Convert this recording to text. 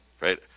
right